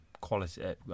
quality